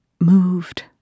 moved